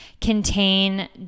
contain